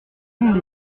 monde